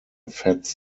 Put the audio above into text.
fats